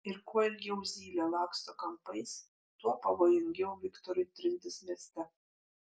ir kuo ilgiau zylė laksto kampais tuo pavojingiau viktorui trintis mieste